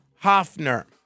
Hoffner